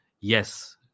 yes